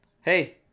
Hey